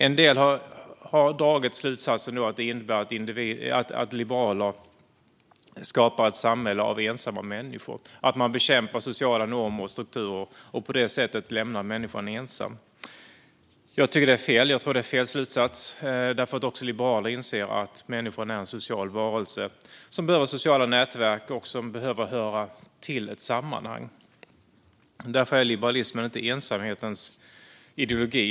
En del har dragit slutsatsen att detta innebär att liberaler skapar ett samhälle av ensamma människor, bekämpar sociala normer och strukturer och på det sättet lämnar människan ensam. Jag tror att detta är fel slutsats, för också liberaler inser att människan är en social varelse som behöver sociala nätverk och som behöver höra till ett sammanhang. Därför är liberalismen inte ensamhetens ideologi.